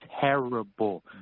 terrible